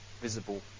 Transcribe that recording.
visible